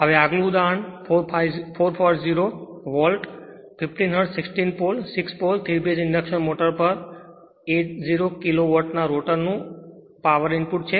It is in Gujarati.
હવે આગલું ઉદાહરણ 440 volt 50 hertz 60 pole 6 pole 3 phase induction motor 80 kilo વોટના રોટર માટે પાવર ઈનપુટ છે